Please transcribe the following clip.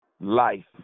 life